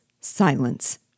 silence